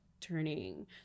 turning